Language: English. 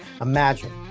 Imagine